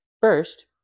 First